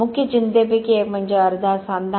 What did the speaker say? मुख्य चिंतेपैकी एक म्हणजे अर्धा सांधा